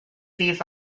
these